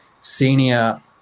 senior